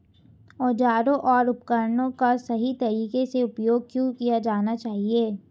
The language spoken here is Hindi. औजारों और उपकरणों का सही तरीके से उपयोग क्यों किया जाना चाहिए?